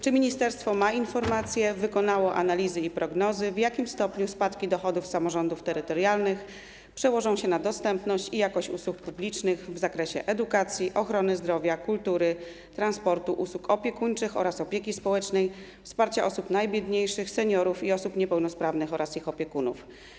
Czy ministerstwo ma informacje, wykonało analizy i sporządziło prognozy dotyczące tego, w jakim stopniu spadki dochodów samorządów terytorialnych przełożą się na dostępność i jakość usług publicznych w zakresie edukacji, ochrony zdrowia, kultury, transportu, usług opiekuńczych, opieki społecznej, wsparcia osób najbiedniejszych, seniorów i osób niepełnosprawnych oraz ich opiekunów?